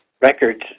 records